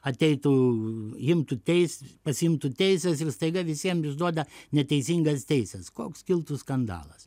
ateitų imtų teis pasiimtų teises ir staiga visiem išduoda neteisingas teises koks kiltų skandalas